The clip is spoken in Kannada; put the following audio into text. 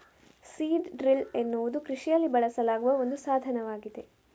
ಸೀಡ್ ಡ್ರಿಲ್ ಎನ್ನುವುದು ಕೃಷಿಯಲ್ಲಿ ಬಳಸಲಾಗುವ ಒಂದು ಸಾಧನವಾಗಿದೆ